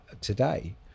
today